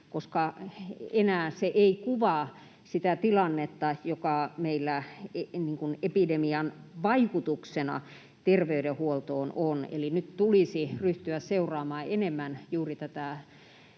koska enää se ei kuvaa sitä tilannetta, joka meillä epidemian vaikutuksena terveydenhuoltoon on, eli nyt tulisi ryhtyä seuraamaan enemmän juuri tätä